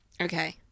Okay